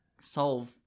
solve